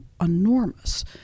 enormous